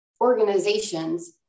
organizations